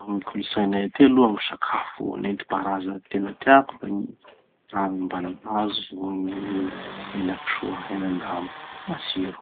Amy kolontsainay aty aloha, gny sakafo nentim-paharaza tena tiako da gny ravim-balahazo vo gny hena-kisoa, henan-dambo. Matsio!